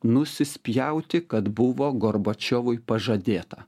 nusispjauti kad buvo gorbačiovui pažadėta